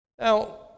Now